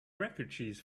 refugees